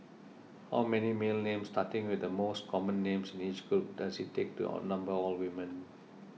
how many male names starting with the most common names in each group does it take to outnumber all women